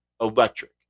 Electric